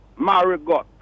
Marigot